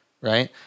right